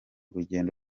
rugendo